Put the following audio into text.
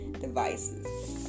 devices